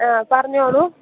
ആ പറഞ്ഞോളു